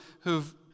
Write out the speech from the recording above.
who've